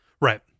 Right